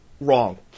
wrong